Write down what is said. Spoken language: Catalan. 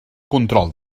control